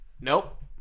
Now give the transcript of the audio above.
Nope